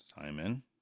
Simon